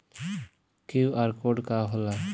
QR code का होला?